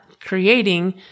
creating